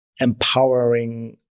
empowering